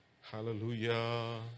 Hallelujah